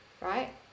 Right